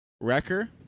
Wrecker